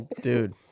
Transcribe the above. Dude